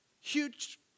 huge